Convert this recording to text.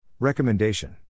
Recommendation